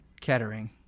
Kettering